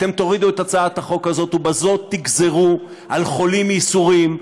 אתם תורידו את הצעת החוק הזאת ובזאת תגזרו על חולים ייסורים,